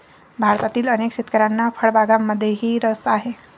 भारतातील अनेक शेतकऱ्यांना फळबागांमध्येही रस आहे